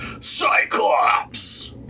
Cyclops